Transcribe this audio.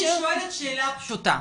אני שואלת שאלה פשוטה,